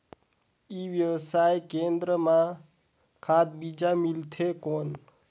ई व्यवसाय केंद्र मां खाद बीजा मिलथे कौन?